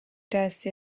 resti